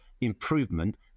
improvement